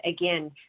again